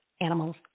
animals